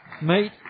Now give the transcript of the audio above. meet